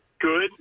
Good